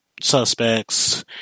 suspects